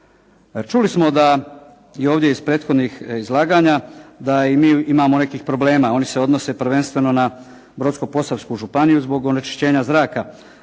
Čuli smo da i ovdje iz prethodnih izlaganja da i mi imamo nekih problema. Oni se odnose prvenstveno na Brodsko-posavsku županiju zbog onečišćenja zraka